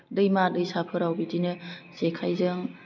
दैमा दैसाफोराव बिदिनो जेखाइजों